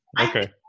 okay